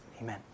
amen